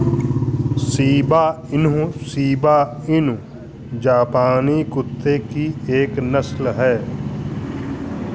Sheeba Inu Shiba Inu जापानी कुत्ते की एक नस्ल है